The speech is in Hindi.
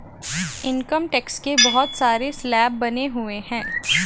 इनकम टैक्स के बहुत सारे स्लैब बने हुए हैं